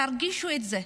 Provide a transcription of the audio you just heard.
תרגישו את זה.